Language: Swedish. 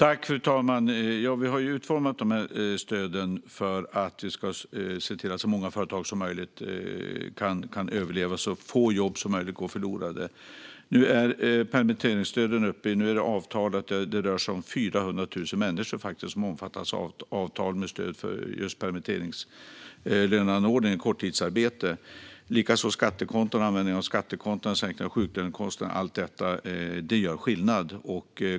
Fru talman! Vi har utformat stöden för att se till att så många företag som möjligt ska överleva och för att så få jobb som möjligt ska gå förlorade. Nu omfattas 400 000 människor av stödavtalen för just permitteringslön och korttidsarbete. Vi använder också skattekontona och sänker sjuklönekostnader. Allt detta gör skillnad.